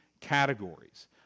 categories